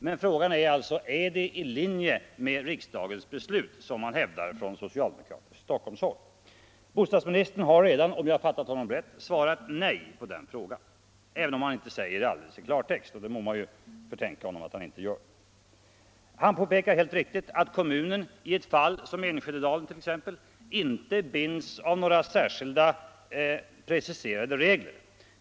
Men frågan är alltså: Är det i linje med riksdagens beslut, såsom man hävdar på socialdemokratiskt håll i Stockholm? Bostadsministern har redan om jag fattat honom rätt, svarat nej på den frågan, även om han inte säger det i klartext — och man må inte förtänka honom om han inte gör det. Han påpekar helt riktigt att kommunerna i ett fall som t.ex. Enskededalen inte binds av några preciserade regler.